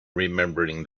remembering